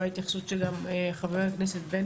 גם לאור ההתייחסות של חבר הכנסת בן